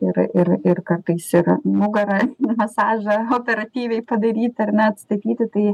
ir ir ir kartais ir nugara ir masažą operatyviai padaryt ar ne atstatyti tai